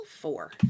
Four